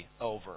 over